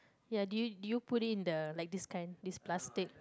ya do you do you put it in the like this kind this plastic